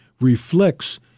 reflects